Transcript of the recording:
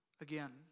again